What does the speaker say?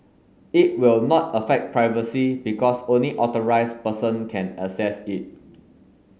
it will not affect privacy because only authorised person can access it